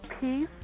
Peace